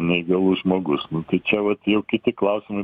neįgalus žmogus nu čia vat jau kiti klausimai